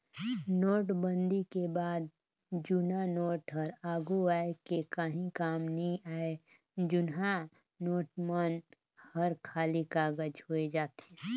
नोटबंदी के बाद जुन्ना नोट हर आघु जाए के काहीं काम नी आए जुनहा नोट मन हर खाली कागज होए जाथे